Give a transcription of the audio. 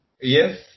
yes